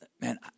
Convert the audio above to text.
man